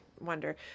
wonder